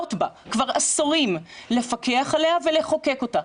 נכשלות בו כבר עשורים, לפקח עליו ולחוקק אותו.